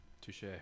Touche